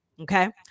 Okay